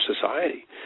society